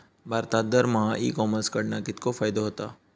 भारतात दरमहा e commerce कडणा कितको फायदो होता?